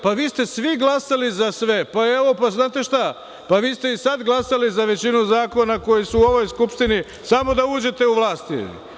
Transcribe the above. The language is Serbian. Pa vi ste svi glasali za sve, pa znate šta, pa vi ste i sada glasali za većinu zakona koji su u ovoj Skupštini, samo da uđete u vlast.